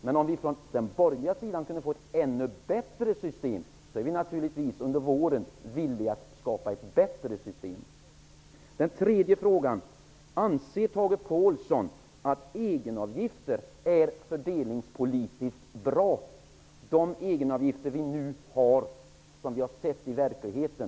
Men om vi kunde få ett ännu bättre system under våren från den borgerliga sidan, är vi vänsterpartister naturligtvis villiga att medverka till ett sådant. För det tredje: Anser Tage Påhlsson att det fördelningspolitiskt är bra med egenavgifter med tanke på de egenavgifter som vi i dag har och som vi har kunnat se fungera i verkligheten?